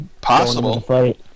Possible